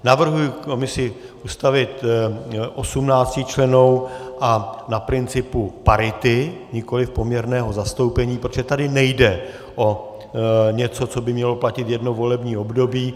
Navrhuji komisi ustavit 18člennou a na principu parity, nikoliv poměrného zastoupení, protože tady nejde o něco, co by mělo platit jedno volební období.